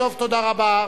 תודה רבה.